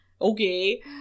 Okay